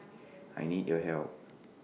I need your help